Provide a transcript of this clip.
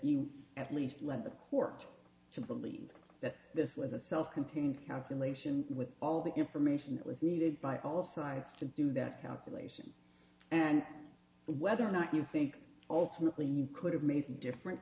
you at least let the court to believe that this was a self contained calculation with all the information that was needed by all sides to do that calculation and whether or not you think ultimately you could have made different